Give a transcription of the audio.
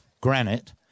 granite